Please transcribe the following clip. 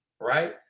right